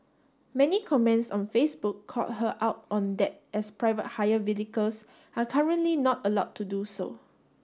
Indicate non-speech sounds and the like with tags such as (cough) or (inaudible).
many comments on Facebook called her out on that as private hire (unintelligible) are currently not allowed to do so